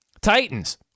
Titans